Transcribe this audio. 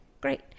Great